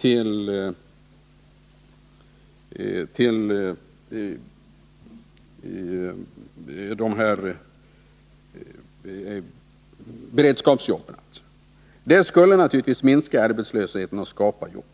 till beredskapsjobben skulle naturligtvis minska arbetslösheten och skapa jobb.